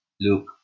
look